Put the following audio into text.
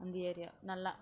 அந்த ஏரியா நல்லா